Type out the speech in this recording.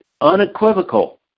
unequivocal